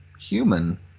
human